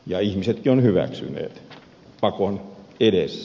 ja ihmisetkin ovat hyväksyneet pakon edessä